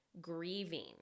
grieving